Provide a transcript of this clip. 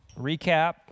recap